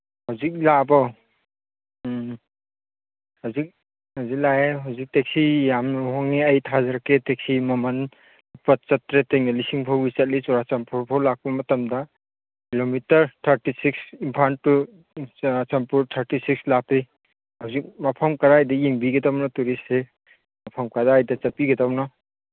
ꯍꯧꯖꯤꯛ ꯂꯥꯛꯑꯕꯣ ꯎꯝ ꯍꯧꯖꯤꯛ ꯍꯧꯖꯤꯛ ꯂꯥꯛꯑꯦ ꯍꯧꯖꯤꯛ ꯇꯦꯛꯁꯤ ꯌꯥꯝꯅ ꯍꯣꯡꯉꯦ ꯑꯩ ꯊꯥꯖꯔꯛꯀꯦ ꯇꯦꯛꯁꯤ ꯃꯃꯜ ꯂꯨꯄꯥ ꯆꯇꯔꯦꯠꯇꯒꯤꯅ ꯂꯤꯁꯤꯡ ꯐꯥꯎꯕ ꯆꯠꯂꯤ ꯆꯨꯔꯥꯆꯥꯟꯄꯨꯔ ꯐꯥꯎꯕ ꯂꯥꯛꯄ ꯃꯇꯝꯗ kilometre thirty six Imphal to Churachandpur thirty six ꯂꯥꯞꯄꯤ ꯍꯧꯖꯤꯛ ꯃꯐꯝ ꯀꯗꯥꯏꯗ ꯌꯦꯡꯕꯤꯒꯗꯕꯅꯣ ꯇꯨꯔꯤꯁꯁꯤ ꯃꯐꯝ ꯀꯔꯥꯏꯗ ꯆꯠꯄꯤꯒꯗꯕꯅꯣ